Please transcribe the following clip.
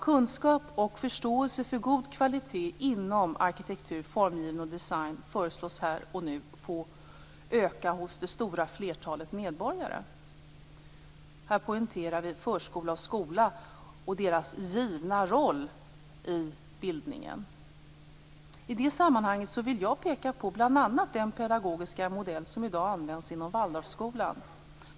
Kunskapen om och förståelsen för god kvalitet inom arkitektur, formgivning och design föreslås här och nu få öka hos det stora flertalet medborgare. Här poängterar vi förskolan och skolan och deras givna roll i bildningen. I det sammanhanget vill jag peka på bl.a. den pedagogiska modell som i dag används inom Waldorfskolan.